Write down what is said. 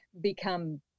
become